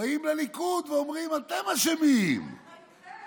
באים לליכוד ואומרים: אתם אשמים, על אחריותכם.